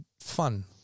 fun